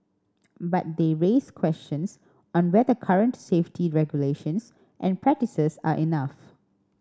but they raise questions on whether current safety regulations and practices are enough